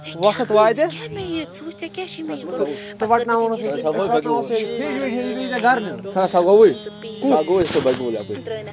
مےٚ دوٚپمَس ژےٚ کیٛاہ ژےٚ کیٛاہ مےٚ یہِ ژٕ وُچھ ژےٚ کیٛاہ چھُے مےٚ یہِ کوٚرمُت